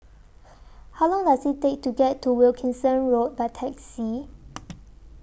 How Long Does IT Take to get to Wilkinson Road By Taxi